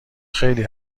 خیلی